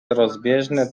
rozbieżne